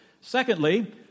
Secondly